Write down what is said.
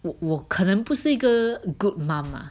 我我可能不是一个 good mum ah